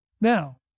Now